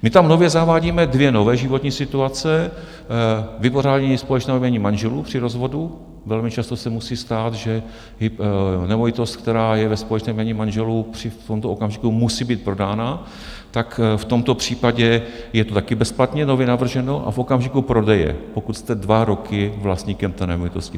My tam nově zavádíme dvě nové životní situace: vypořádání společného jmění manželů při rozvodu velmi často se musí stát, že nemovitost, která je ve společném jmění manželů v tomto okamžiku musí být prodána, tak v tomto případě je to také bezplatně nově navrženo a v okamžiku prodeje, pokud jste dva roky vlastníkem té nemovitosti.